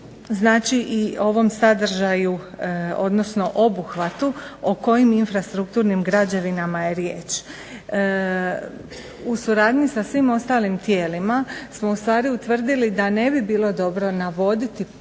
3. i ovom sadržaju, odnosno obuhvatu o kojim infrastrukturnim građevinama je riječ. U suradnji sa svim ostalim tijelima smo u stvari utvrdili da ne bi bilo navoditi